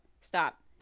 Stop